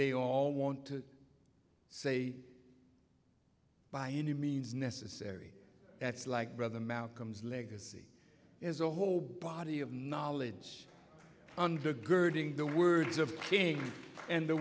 they all want to say by any means necessary that's like brother malcolm's legacy as a whole body of knowledge girding the words of king and the